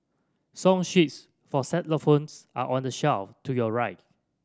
song sheets for xylophones are on the shelf to your right